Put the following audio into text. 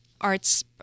arts